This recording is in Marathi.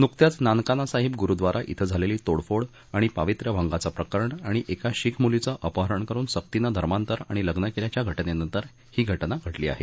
नुकत्याच नानकाना साहिब गुरुद्वारा श्री झालेली तोडफोड आणि पावित्र्यभंगाचं प्रकरण आणि एका शीख मुलीचं अपहरण करुन सक्तीनं धर्मांतर आणि लग्न केल्याच्या घ जेनंतर ही घ जेा घडली आहे